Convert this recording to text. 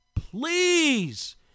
please